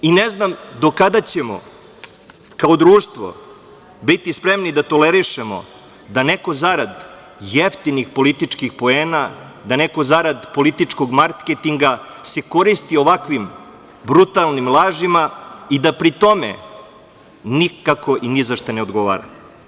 Ne znam do kada ćemo kao društvo biti spremni da tolerišemo da neko zarad jeftinih političkih poena, da neko zarad političkog marketinga se koristi ovakvim brutalnim lažima i da pri tome nikako i ni za šta ne odgovara.